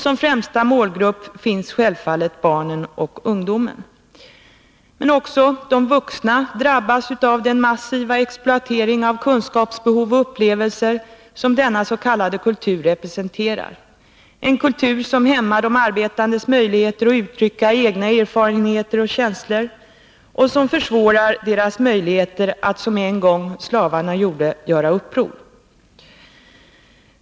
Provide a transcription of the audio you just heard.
Som främsta målgrupp finns självfallet barnen och ungdomen. Men också de vuxna drabbas av den massiva exploatering av kunskapsbehov och upplevelser som denna s.k. kultur representerar, en kultur som hämmar de arbetandes möjligheter att uttrycka egna erfarenheter och känslor och som försvårar deras möjligheter att som en gång slavarna göra uppror.